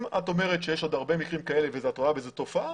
אם את אומרת שיש עוד הרבה מקרים כאלה ואת רואה בזה תופעה,